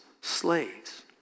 slaves